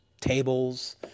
tables